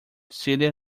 celia